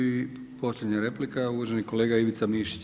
I posljednja replika, uvaženi kolega Ivica Mišić.